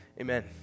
amen